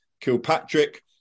Kilpatrick